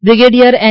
brigadier S